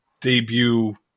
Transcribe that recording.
debut